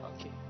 Okay